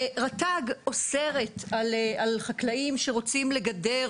רט"ג אוסרת על חקלאים שרוצים לגדר